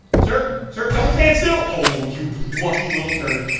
sir, sir. don't stand still oh, you lucky little turd.